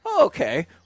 okay